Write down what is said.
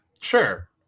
sure